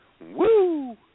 Woo